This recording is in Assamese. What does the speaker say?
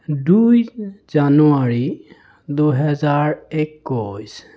দুই জানুৱাৰী দুহেজাৰ একৈছ